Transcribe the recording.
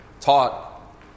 taught